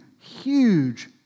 huge